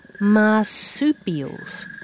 marsupials